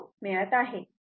732 मिळत आहे